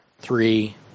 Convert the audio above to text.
Three